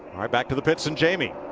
back to the pits and jamie.